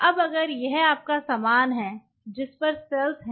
अब अगर यह आपका सामान हैं जिस पर सेल्स हैं